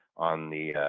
on the